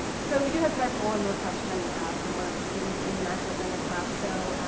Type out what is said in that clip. so we do have time for one more question from one of the students in the national agenda class. so,